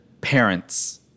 Parents